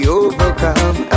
overcome